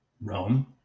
Rome